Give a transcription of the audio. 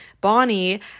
Bonnie